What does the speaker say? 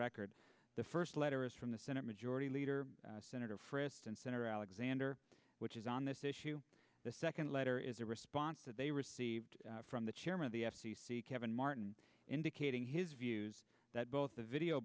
record the first letter is from the senate majority leader senator frist and senator alexander which is on this issue the second letter is a response that they received from the chairman of the f c c kevin martin indicating his views that both the video